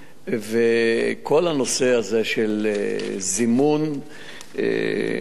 וכל הנושא הזה של זימון אנשים,